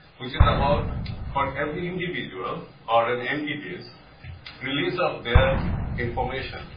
which is about for every individual are um npvs, release of their information,